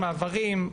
מעברים,